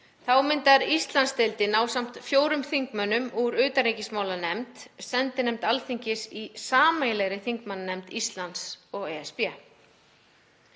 Þá myndar Íslandsdeildin ásamt fjórum þingmönnum úr utanríkismálanefnd sendinefnd Alþingis í sameiginlegri þingmannanefnd Íslands og ESB.